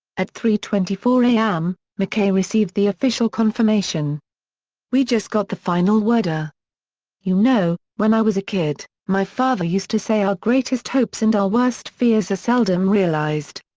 at three twenty four am, mckay received the official confirmation we just got the final word. ah you know, when i was a kid, my father used to say our greatest hopes and our worst fears are seldom realized.